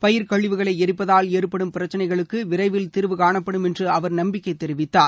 பயிர்க்கழிவுகளை எரிப்பதால் ஏற்படும் பிரச்சினைகளுக்கு விரைவில் தீர்வுகாணப்படும் என்று அவர் நம்பிக்கை தெரிவித்தார்